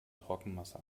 trockenmasse